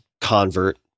convert